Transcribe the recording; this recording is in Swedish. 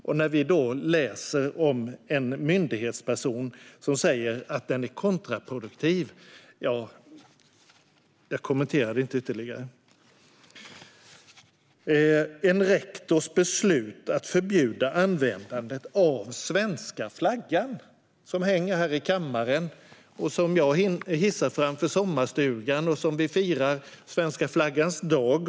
Då kan vi läsa om en myndighetsperson som säger att den är kontraproduktiv. Jag kommenterar det inte ytterligare. Det handlar om en rektors beslut att förbjuda användandet av svenska flaggan, den flagga som hänger här i kammaren och som jag hissar framför sommarstugan. Och vi firar också svenska flaggans dag.